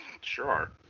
sure